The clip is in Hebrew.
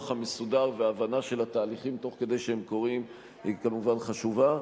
המסודר וההבנה של התהליכים תוך כדי שהם קורים הם כמובן חשובים.